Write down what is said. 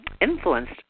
influenced